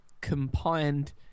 combined